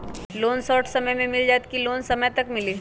Loan short समय मे मिल जाएत कि लोन समय तक मिली?